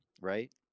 right